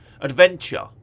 adventure